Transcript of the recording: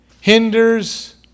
hinders